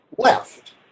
Left